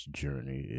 journey